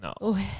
No